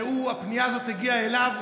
שהפנייה הזאת הגיע אליו,